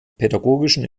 pädagogischen